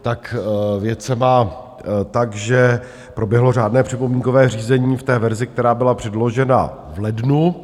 Věc se má tak, že proběhlo řádné připomínkové řízení k té verzi, která byla předložena v lednu.